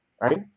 Right